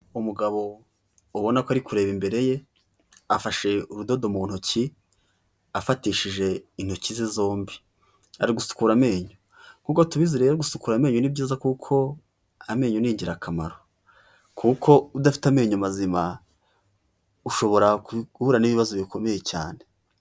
Umugabo ubona ko ari kureba imbere ye, afashe urudodo mu ntoki, afatishije intoki ze zombi. Ari gusukura amenyo. Nkuko tubizera rero gusukura amenyo ni byiza kuko, amenyo ni ingirakamaro. Kuko udafite amenyo mazima, ushobora guhura n'ibibazo bikomeye cyane.